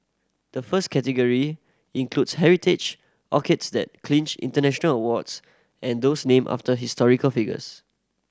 the first category includes heritage orchids that clinched international awards and those named after historical figures